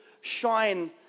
shine